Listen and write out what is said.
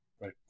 right